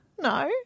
No